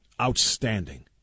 outstanding